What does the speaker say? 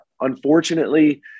unfortunately